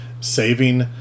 saving